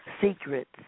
Secrets